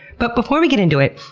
but before we get into it,